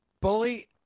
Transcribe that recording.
Bully